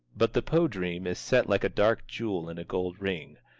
but the poe-dream is set like a dark jewel in a gold ring,